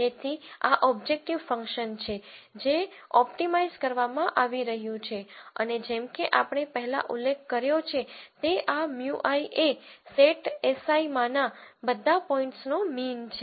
તેથી આ objective function છે જે ઓપ્ટિમાઇઝ કરવામાં આવી રહ્યું છે અને જેમ કે આપણે પહેલાં ઉલ્લેખ કર્યો છે તે આ μi એ સેટ si માંના બધા પોઇન્ટ્સનો મીન છે